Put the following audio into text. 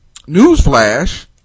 Newsflash